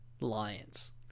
lions